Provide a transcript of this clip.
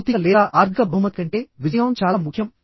భౌతిక లేదా ఆర్థిక బహుమతి కంటే విజయం చాలా ముఖ్యం